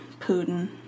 Putin